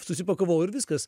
susipakavau ir viskas